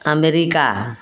America